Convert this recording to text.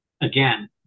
Again